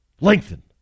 lengthen